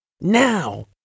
now